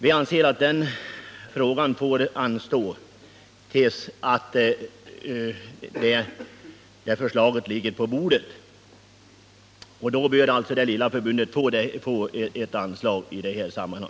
Vi anser att detta bör få anstå tills utredningsförslaget ligger på bordet. I år bör emellertid det lilla förbundet få ett anslag.